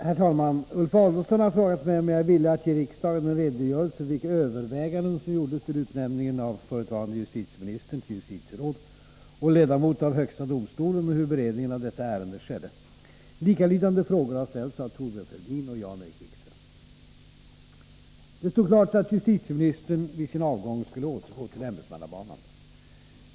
Herr talman! Ulf Adelsohn har frågat mig om jag är villig att ge riksdagen en redogörelse för vilka överväganden som gjordes vid utnämningen av förutvarande justitieministern till justitieråd och ledamot av högsta domstolen och hur beredningen av detta ärende skedde. Likalydande frågor har ställts av Thorbjörn Fälldin och Jan-Erik Wikström. Det stod klart att justitieministern vid sin avgång skulle återgå till ämbetsmannabanan.